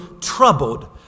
troubled